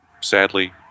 sadly